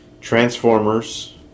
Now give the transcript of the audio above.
Transformers